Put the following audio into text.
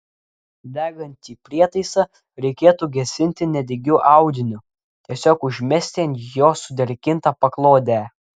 degantį prietaisą reikėtų gesinti nedegiu audiniu tiesiog užmesti ant jo sudrėkintą paklodę